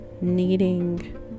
needing